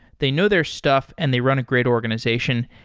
they know their stuff and they run a great organization.